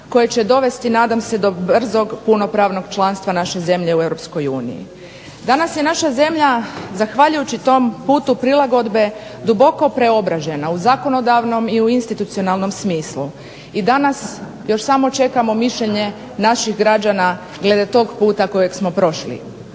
koje će dovesti nadam se do brzog punopravnog članstva naše zemlje u Europskoj uniji. Danas je naša zemlja zahvaljujući tom putu prilagodbe duboko preobražena u zakonodavnom i u institucionalnom smislu i danas još samo čekamo mišljenje naših građana glede tog puta kojeg smo prošli.